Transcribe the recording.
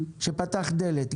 שפתח דלת,